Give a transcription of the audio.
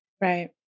Right